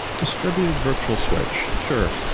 distributed virtual switch, sure.